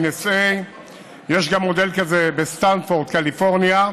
יש גם מודל כזה בסטנפורד, קליפורניה.